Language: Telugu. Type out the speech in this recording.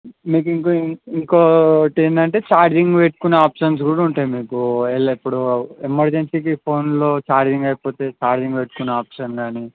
మీకు ఇంకో ఇంకోటి ఎందంటే ఛార్జింగ్ పెట్టుకునే ఆప్షన్స్ కూడా ఉంటాయి మీకు ఒకవేళా ఇప్పుడు ఎమర్జెన్సీకి ఫోన్లో ఛార్జింగ్ అయిపోతే ఛార్జింగ్ పెట్టుకునే ఆప్షన్ కానీ